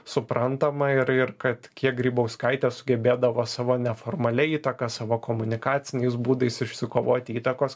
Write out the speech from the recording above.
suprantama ir ir kad kiek grybauskaitė sugebėdavo savo neformalia įtaka savo komunikaciniais būdais išsikovoti įtakos